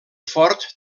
fort